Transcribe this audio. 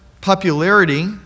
popularity